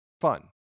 fun